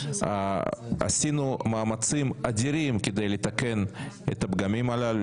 עשינו מאמצים אדירים כדי לתקן את הפגמים הללו,